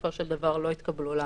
ובסופו של דבר לא התקבלו לעבודה.